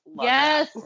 yes